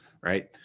right